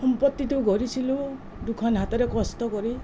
সম্পত্তিটো গঢ়িছিলোঁ দুখন হাতেৰে কষ্ট কৰি